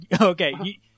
Okay